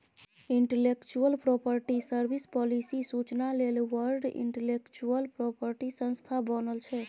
intellectual property service, policy सुचना लेल world intellectual property संस्था बनल छै